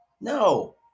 No